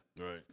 Right